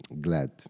glad